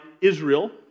Israel